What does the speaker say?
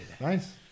Nice